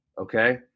Okay